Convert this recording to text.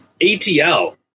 ATL